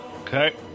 Okay